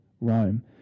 rome